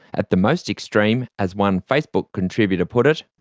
at the most extreme, as one facebook contributor put it